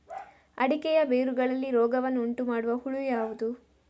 ಅಡಿಕೆಯ ಬೇರುಗಳಲ್ಲಿ ರೋಗವನ್ನು ಉಂಟುಮಾಡುವ ಹುಳು ಯಾವುದು?